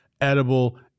edible